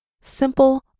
simple